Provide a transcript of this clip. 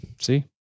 see